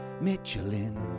Michelin